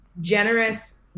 generous